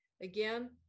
again